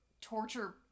torture